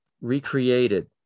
recreated